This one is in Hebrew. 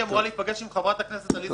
הייתי אמורה להיפגש עם חברת הכנסת עליזה